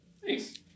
Thanks